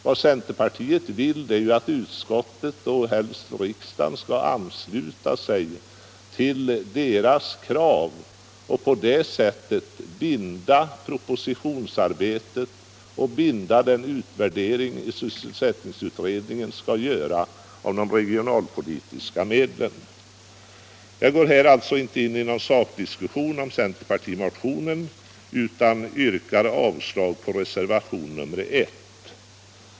Vad centerpartiet vill är ju att utskottet och helst riksdagen skall ansluta sig till dess krav och på det sättet binda propositionsarbetet och binda den utvärdering sysselsättningsutredningen skall göra av de regionalpolitiska medlen. Jag går alltså inte in i någon sakdiskussion om centerpartimotionen utan yrkar avslag på reservation 1.